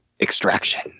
extraction